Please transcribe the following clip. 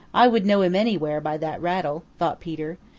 i would know him anywhere by that rattle, thought peter.